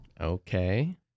Okay